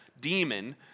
demon